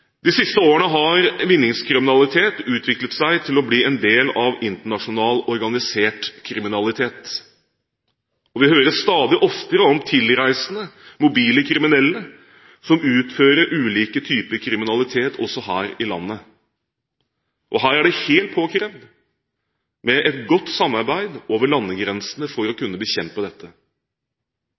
De siste årene har vinningskriminalitet utviklet seg til å bli en del av internasjonal, organisert kriminalitet. Vi hører stadig oftere om tilreisende, mobile kriminelle som utfører ulike typer kriminalitet også her i landet. Her er det helt påkrevd med et godt samarbeid over landegrensene for å kunne bekjempe dette.